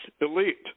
elite